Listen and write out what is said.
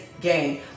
game